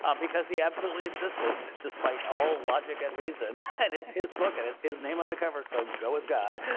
um because he absolutely insisted, despite all logic and reason, and it's his book, and it's his name on the cover, so go with god.